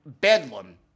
bedlam